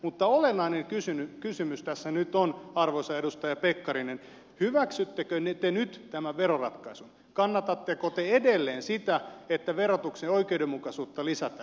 mutta olennainen kysymys tässä nyt on arvoisa edustaja pekkarinen hyväksyttekö te nyt tämän veroratkaisun kannatatteko te edelleen sitä että verotuksen oikeudenmukaisuutta lisätään